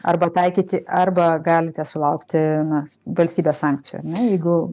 arba taikyti arba galite sulaukti na valstybės sankcijų ar ne jeigu